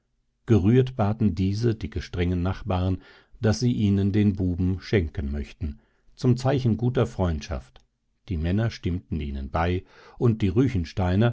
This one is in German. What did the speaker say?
gerührt baten diese die gestrengen nachbaren daß sie ihnen den buben schenken möchten zum zeichen guter freundschaft die männer stimmten ihnen bei und die